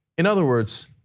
in other words,